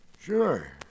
Sure